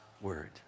word